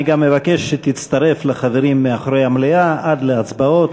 אני גם מבקש שתצטרף לחברים מאחורי המליאה עד להצבעות.